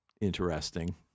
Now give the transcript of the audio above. interesting